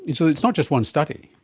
it's ah it's not just one study.